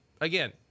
again